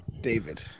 David